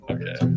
Okay